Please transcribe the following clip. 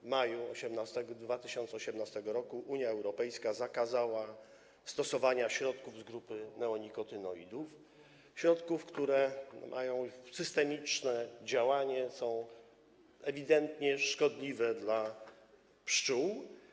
W maju 2018 r. Unia Europejska zakazała stosowania środków z grupy neonikotynoidów, środków, które mają systemiczne działanie, są ewidentnie szkodliwe dla pszczół.